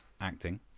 Acting